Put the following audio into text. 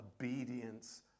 obedience